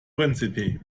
príncipe